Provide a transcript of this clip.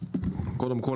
קודם כל,